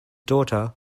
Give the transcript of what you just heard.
daughter